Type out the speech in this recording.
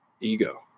Ego